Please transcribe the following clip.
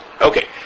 Okay